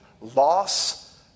loss